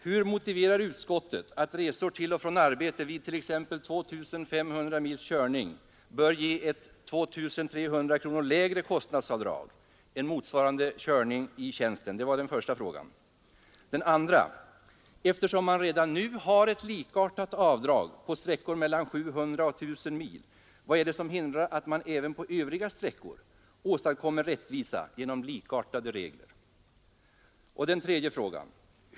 Hur motiverar utskottet att resor till och från arbetet vid t.ex. 2 500 mils körning bör ge ett 2 300 lägre kostnadsavdrag än motsvarande körning i tjänsten? 2. Eftersom man redan nu har ett likartat avdrag på sträckor mellan 700 och 1 000 mil, vad är det som hindrar att man även på övriga sträckor åstadkommer rättvisa genom likartade regler? 3.